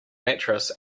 mattress